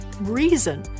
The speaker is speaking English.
reason